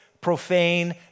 Profane